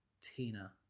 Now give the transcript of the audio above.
Tina